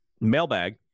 mailbag